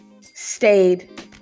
stayed